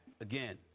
again